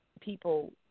people